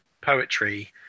poetry